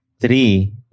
Three